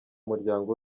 muryango